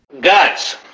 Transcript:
Guts